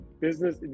business